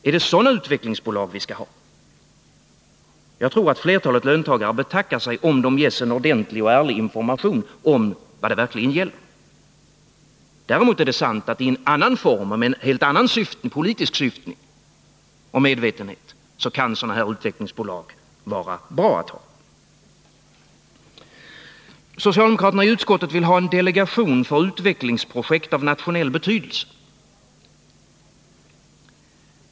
Är det sådana utvecklingsbolag vi skall ha? Jagtror att flertalet löntagare betackar sig, om de ges en ordentlig och ärlig information om vad det gäller. Däremot är det sant att i en annan form och med en annan politisk syftning och medvetenhet kan sådana här utvecklingsbolag vara bra att ha. Socialdemokraterna i utskottet vill ha en delegation för utvecklingsprojekt av nationell betydelse.